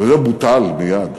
וזה בוטל מייד.